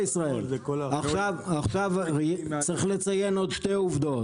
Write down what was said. צריך לציין עוד שתי עובדות.